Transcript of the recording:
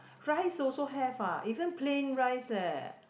rice also have ah even plain rice leh